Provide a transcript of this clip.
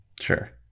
sure